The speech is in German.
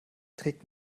trägt